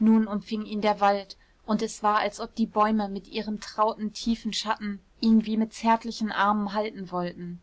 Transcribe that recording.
und nun umfing ihn der wald und es war als ob die bäume mit ihrem trauten tiefen schatten ihn wie mit zärtlichen armen halten wollten